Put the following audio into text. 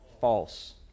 False